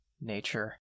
nature